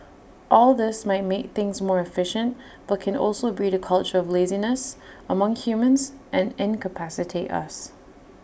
all this might make things more efficient but can also breed A culture of laziness among humans and incapacitate us